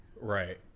Right